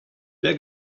der